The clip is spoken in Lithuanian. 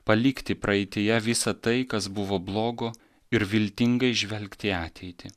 palikti praeityje visa tai kas buvo blogo ir viltingai žvelgt į ateitį